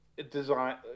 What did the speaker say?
design